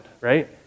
Right